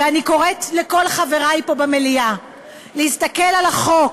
ואני קוראת לכל חברי פה במליאה להסתכל על החוק,